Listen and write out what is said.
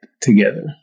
together